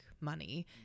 money